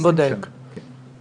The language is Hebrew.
20 שנה, כן.